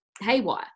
haywire